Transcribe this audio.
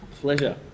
pleasure